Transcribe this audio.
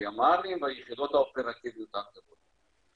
הימ"רים והיחידות האופרטיביות האחרות.